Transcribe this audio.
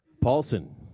Paulson